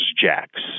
Jacks